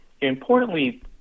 importantly